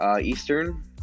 Eastern